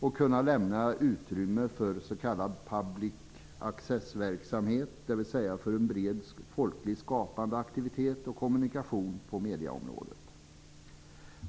och kunna lämna utrymme för s.k. public acessverksamhet, dvs. för en bred folkligt skapande aktivitet och kommunikation på medieområdet.